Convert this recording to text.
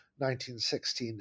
1916